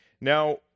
Now